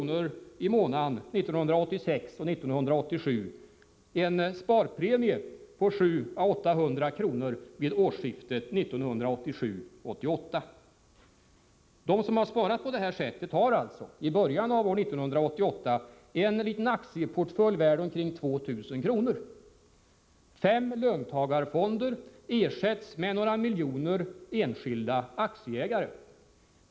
per månad, år 1986 och 1987 en sparpremie på 700-800 kr. vid årsskiftet 1987-1988. De som har sparat på det här sättet har alltså i början av år 1988 en liten aktieportfölj värd omkring 2 000 kr. Fem löntagarfonder ersätts med några miljoner enskilda aktieägare.